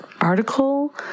article